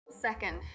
Second